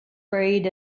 buried